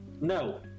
no